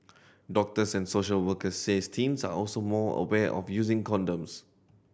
doctors and social workers says teens are also more aware of using condoms